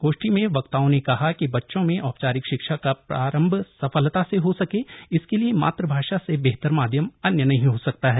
गोष्ठी में वक्ताओं ने कहा कि बच्चों में औपचारिक शिक्षा का प्रारंभ सरलता से हो सके इसके लिए मातृभाषा से बेहतर माध्यम अन्य नहीं हो सकता है